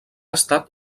estat